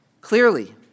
clearly